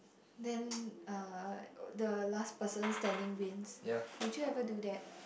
then uh the last person standing wins would you ever do that